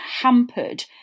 hampered